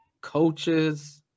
coaches